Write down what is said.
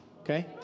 Okay